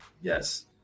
Yes